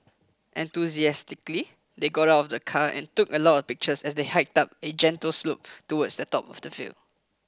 enthusiastically they got out of the car and took a lot of pictures as they hiked up a gentle slope towards the top of the hill